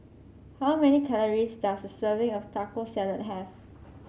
how many calories does a serving of Taco Salad have